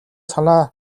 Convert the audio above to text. санаа